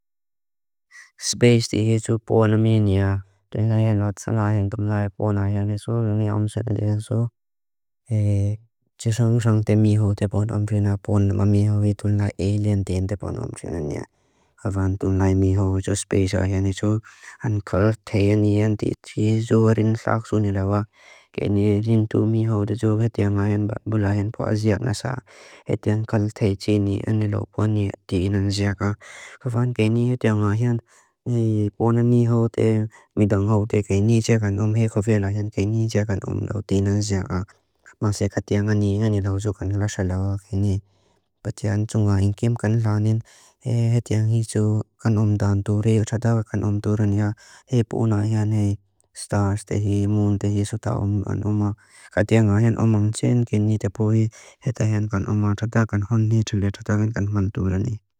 Sbeis di hi tsu pwana mea nia, duin ayan la tsa la ayan dum la ayan pwana ayan isu, yung iya omsa ndi ayan isu, ee, chisang-chisang te mihóu te pwana omsina, pwana ma mihóu i dum la alien te ayan te pwana omsina nia. Kafaan, dum la ayan mihóu i tsu sbeis ayan isu, ayan kalaté ayan i ayan di tsi yuwa rin laksu ni lawa, keni rintu mihóu du tsu kati ayan ayan bula ayan pua azyak nasa, kati ayan kalaté tsi ayan ni anilo pwana ayan di inansyaka. Kafaan, keni ayan ayan, ee, pwana mihóu te, mihóu te, keni tsyakan om, ee, kofi ayan ayan keni tsyakan om lauti inansyaka. Mase kati ayan ayan ni anilo tsu kani laksa lawa, keni. Pati ayan tsu ayan kim kani lanin, ee, kati ayan isu kani om dan durin, chadaka kani om durin ya, ee, pwuna ayan, ee, stars te hi, moon te hi, suta om kani om ayan. Kati ayan ayan om ang tsyan, keni te pwai, ee, heta ayan kani om ang tsyakan, honni tsyakan, tsyakan kani durin ee.